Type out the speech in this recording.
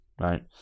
Right